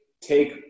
take